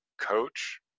coach